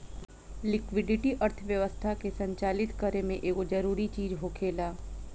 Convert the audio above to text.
liquidity अर्थव्यवस्था के संचालित करे में एगो जरूरी चीज होखेला